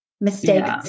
mistakes